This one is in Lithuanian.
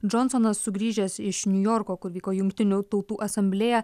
džonsonas sugrįžęs iš niujorko kur vyko jungtinių tautų asamblėja